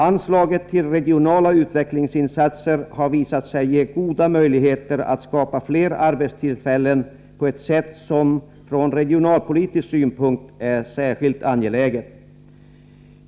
Anslaget till regionala utvecklingsinsatser har visat sig ge goda möjligheter att skapa fler arbetstillfällen på ett sätt som från regionalpolitisk synpunkt är särskilt angeläget.